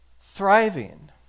thriving